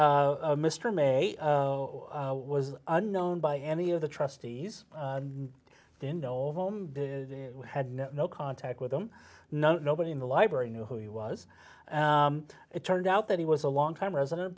mr may was unknown by any of the trustees had no contact with him no nobody in the library knew who he was it turned out that he was a long time resident